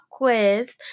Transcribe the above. quiz